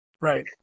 Right